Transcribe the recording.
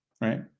right